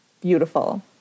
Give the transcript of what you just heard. Beautiful